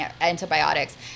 antibiotics